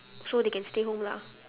so they can stay home lah